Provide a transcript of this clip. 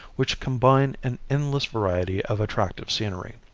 which combine an endless variety of attractive scenery.